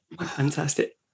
Fantastic